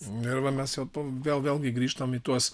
na ir va mes vėl vėlgi grįžtam į tuos